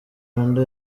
rwanda